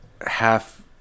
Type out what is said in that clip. half